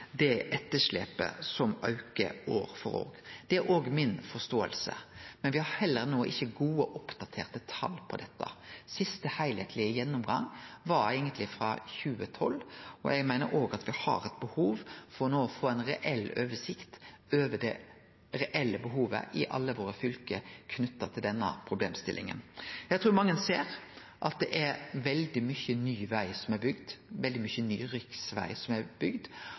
det etterslepet som aukar år for år. Det er òg mi forståing. Men me har heller ikkje no gode oppdaterte tal på dette. Den siste heilskaplege gjennomgangen er eigentleg frå 2012, og eg meiner òg at me har behov for no å få ei oversikt over det reelle behovet i alle fylke knytt til denne problemstillinga. Eg trur mange ser at det er veldig mykje ny veg som er bygd, veldig mykje ny riksveg som er bygd,